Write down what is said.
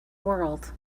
world